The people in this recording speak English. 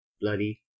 bloody